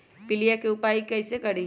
पीलिया के उपाय कई से करी?